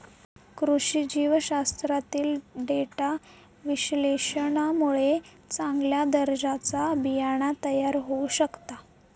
कृषी जीवशास्त्रातील डेटा विश्लेषणामुळे चांगल्या दर्जाचा बियाणा तयार होऊ शकता